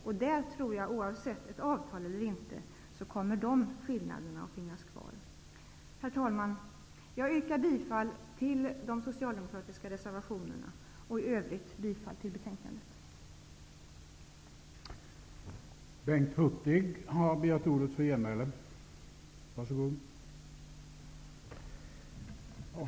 Oavsett om det blir ett avtal eller inte kommer nog de skillnaderna att finnas kvar. Herr talman! Jag yrkar bifall till de socialdemokratiska reservationerna och i övrigt bifall till utskottets hemställan.